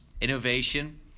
Innovation